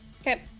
Okay